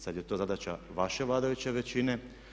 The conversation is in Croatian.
Sad je to zadaća vaše vladajuće većine.